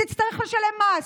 תצטרך לשלם מס.